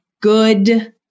good